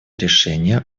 решения